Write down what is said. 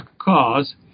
cause